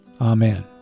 Amen